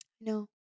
No